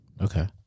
Okay